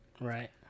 Right